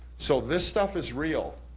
so this stuff is real.